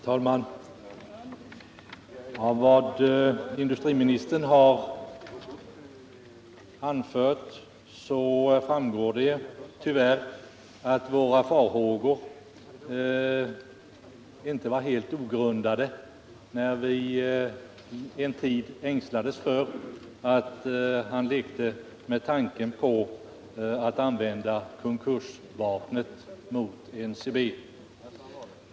Herr talman! Av vad industriministern har anfört framgår ju att våra farhågor inte var helt ogrundade när vi en tid ängslades för att industriministern lekte med tanken att använda konkursvapnet mot NCB.